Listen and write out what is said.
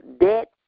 debt